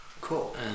Cool